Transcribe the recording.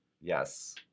Yes